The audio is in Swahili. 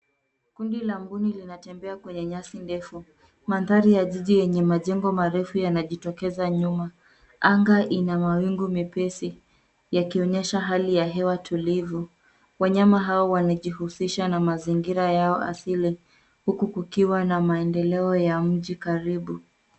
Kundi la mbuni linatembea kwenye nyasi ndefu. Mandhari ya jiji yenye majengo marefu yanajitokeza nyuma. Anga ina mawingu mepesi yakionyesha hali ya hewa tulivu. Wanyama hawa wanajuhusisha na mazingira yao asili huku kukiwa na maendeleo ya mji karibu.